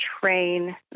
train